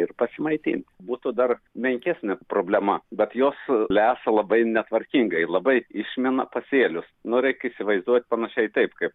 ir pasimaitint būtų dar menkesnė problema bet jos lesa labai netvarkingai labai išmina pasėlius nu reik įsivaizduot panašiai taip kaip